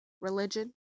religion